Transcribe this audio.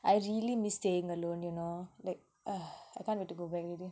I really miss staying alone you know like ugh I can't wait to go back already